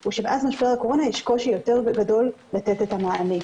הוא שמאז משבר הקורונה יש קושי יותר גדול לתת את המענה.